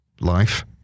life